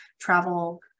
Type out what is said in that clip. travel